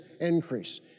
increase